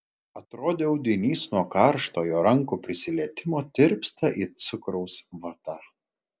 atrodė audinys nuo karšto jo rankų prisilietimo tirpsta it cukraus vata